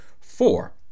four